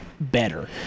better